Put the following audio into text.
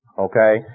Okay